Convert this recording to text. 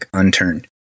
unturned